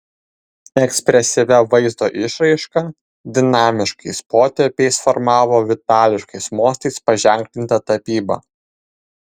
ekspresyvia vaizdo išraiška dinamiškais potėpiais formavo vitališkais mostais paženklintą tapybą